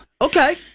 okay